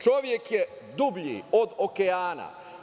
Čovek je dublji od okeana.